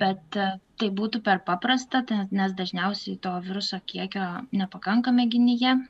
bet tai būtų per paprasta nes dažniausiai to viruso kiekio nepakanka mėginyje